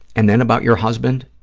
and then about your husband,